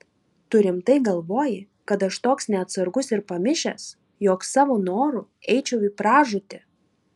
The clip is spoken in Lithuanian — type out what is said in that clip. tu rimtai galvoji kad aš toks neatsargus ir pamišęs jog savo noru eičiau į pražūtį